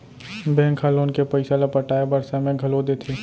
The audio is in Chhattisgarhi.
बेंक ह लोन के पइसा ल पटाए बर समे घलो देथे